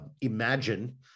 imagine